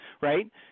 right